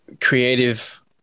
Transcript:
creative